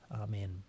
Amen